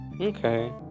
Okay